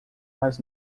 mais